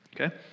Okay